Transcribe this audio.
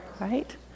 Right